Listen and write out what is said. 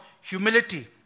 humility